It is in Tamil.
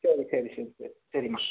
சரி சரி சரி சரி சரிம்மா